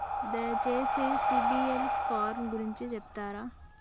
దయచేసి CIBIL score గురించి చెప్తరా?